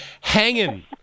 hanging